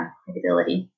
credibility